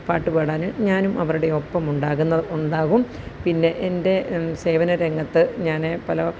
പാട്ടുപാടാന് ഞാനും അവരുടെ ഒപ്പമുണ്ടാകുന്നത് ഉണ്ടാകും പിന്നെ എൻ്റെ സേവന രംഗത്ത് ഞാന് പല